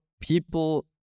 people